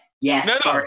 Yes